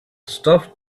stuffed